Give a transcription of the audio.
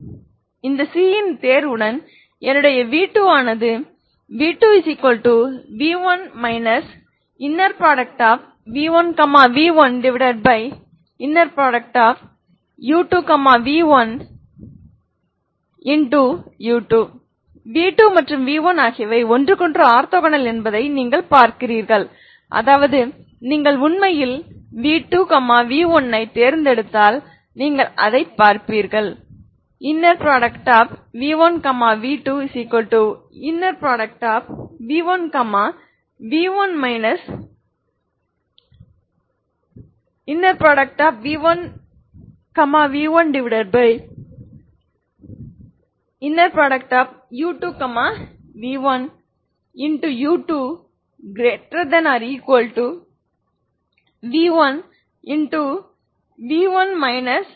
எனவே இந்த c ன் தேர்வுடன் என்னுடைய v2 ஆனது v2v1 v1 v1u2 v1 u2 v2 மற்றும் v1 ஆகியவை ஒன்றுக்கொன்று ஆர்த்தோகோனல் என்பதை நீங்கள் பார்க்கிறீர்கள் அதாவது நீங்கள் உண்மையில் v2 v1 ஐத் தேர்ந்தெடுத்தால் நீங்கள் அதைப் பார்ப்பீர்கள் v1 v2v1 v1 v1 v1u2 v1 u2 v1